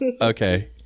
okay